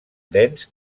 dens